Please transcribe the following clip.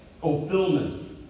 fulfillment